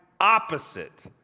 opposite